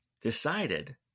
decided